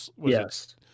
yes